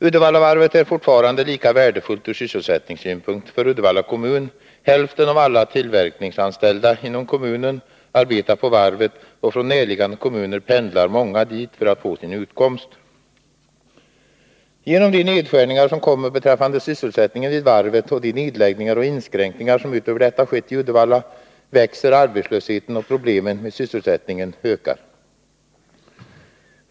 Uddevallavarvet är fortfarande lika värdefullt ur sysselsättningssynpunkt för Uddevalla kommun. Hälften av alla tillverkningsanställda inom kommunen arbetar på varvet, och från närliggande kommuner pendlar många dit för att få sin utkomst. Genom de nedskärningar som kommer beträffande sysselsättningen vid varvet och de nedläggningar och inskränkningar som utöver detta skett i Uddevalla växer arbetslösheten, och problemen med sysselsättningen ökar.